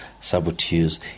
saboteurs